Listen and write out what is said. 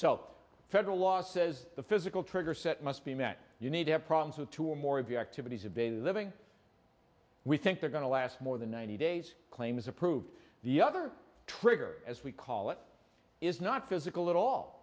so federal law says the physical trigger set must be met you need to have problems with two or more of your activities of daily living we think they're going to last more than ninety days claim is approved the other trigger as we call it is not physical at all